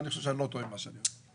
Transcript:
ואני חושב שאני לא טועה במה שאני אומר.